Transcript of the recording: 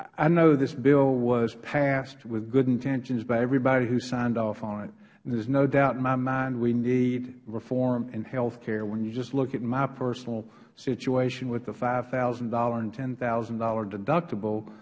i know this bill was passed with good intentions by everyone who signed off on it there is no doubt in my mind we need reform in health care when i look at my personal situation with the five thousand dollars and ten thousand dollars deductible